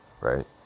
right